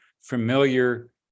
familiar